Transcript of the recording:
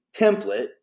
template